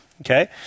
Okay